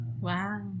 Wow